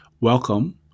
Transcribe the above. Welcome